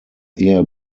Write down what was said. eher